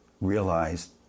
realized